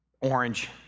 orange